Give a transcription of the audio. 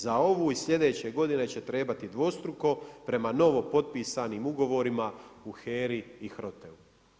Za ovu i sljedeće godine će trebati dvostruko prema novopotpisanim ugovorima u HERA-i HROTE-u.